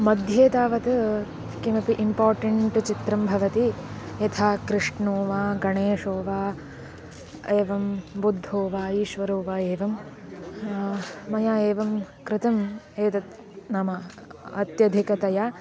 मध्ये तावत् किमपि इम्पार्टेन्ट् चित्रं भवति यथा कृष्णो वा गणेषो वा एवं बुद्धो वा ईश्वरो वा एवं मया एवं कृतम् एतत् नाम अत्यधिकतया